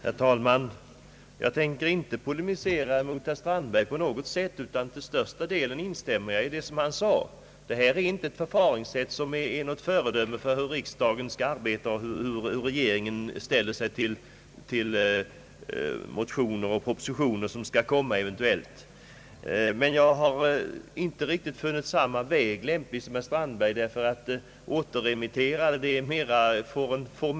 Herr talman! Jag tänker inte på något sätt polemisera mot herr Strandberg utan instämmer till största delen i det han sade. Vad som nu har inträffat är inte något föredömligt förfaringssätt från regeringens sida när det gäller propositioner som regeringen har för avsikt att underställa riksdagen. Jag har emellertid inte funnit det lämpligt att gå samma väg som herr Strandberg.